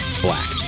black